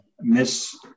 miss